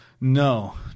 No